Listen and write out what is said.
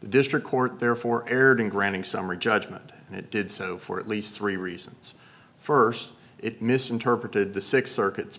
the district court therefore erred in granting summary judgment and it did so for at least three reasons first it misinterpreted the six circuits